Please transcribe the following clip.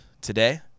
today